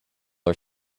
are